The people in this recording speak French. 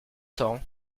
temps